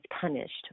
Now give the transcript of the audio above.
punished